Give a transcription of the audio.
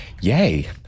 yay